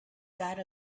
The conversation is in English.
that